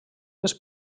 les